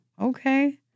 okay